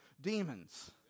demons